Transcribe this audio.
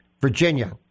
Virginia